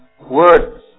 words